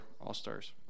All-Stars